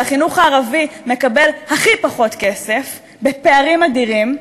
והחינוך הערבי מקבל הכי פחות כסף בפערים אדירים.